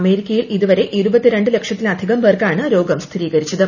അമേരിക്കയിൽ ഇതുവരെ ഇരുപത്തിരണ്ടു ലക്ഷത്തില ധികം പേർക്കാണ് രോഗം സ്ഥിരൂീകരിച്ചത്